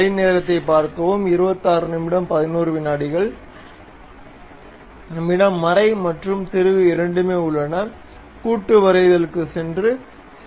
நம்மிடம் மறை மற்றும் திருகு இரண்டுமே உள்ளன கூட்டு வரைதல்க்கு சென்று சரி